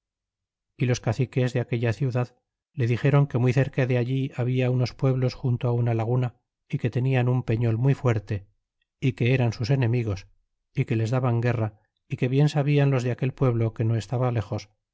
y los caciques de aquella ciudad le dixéron que muy cerca de allí habla unos pueblos junto á una laguna é que tenian un peñol muy fuerte é que eran sus enemigos é que les daban guerra é que bien sabían los de aquel pueblo que no estaba lexos